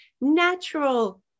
natural